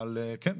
אבל כן,